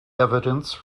evidence